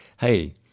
Hey